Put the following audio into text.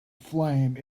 flame